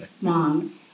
mom